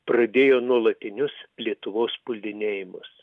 pradėjo nuolatinius lietuvos puldinėjimus